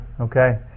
Okay